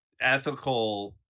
ethical